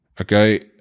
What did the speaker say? Okay